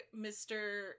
Mr